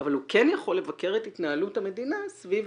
אבל הוא כן יכול לבקר את התנהלות המדינה סביב